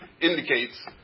indicates